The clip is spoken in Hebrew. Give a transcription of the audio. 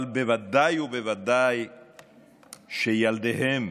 אבל בוודאי ובוודאי שילדיהם,